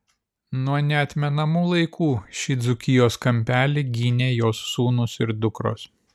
nuo neatmenamų laikų šį dzūkijos kampelį gynė jos sūnūs ir dukros